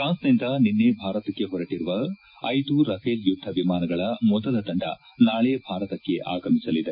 ಪ್ರಾನ್ಸ್ನಿಂದ ನಿನ್ನೆ ಭಾರತಕ್ಕೆ ಹೊರಟರುವ ಐದು ರಫೇಲ್ ಯುದ್ದ ವಿಮಾನಗಳ ಮೊದಲ ತಂಡ ನಾಳೆ ಭಾರತಕ್ಕೆ ಆಗಮಿಸಲಿದೆ